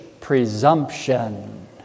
presumption